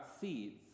seeds